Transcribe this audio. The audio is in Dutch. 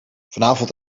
vanavond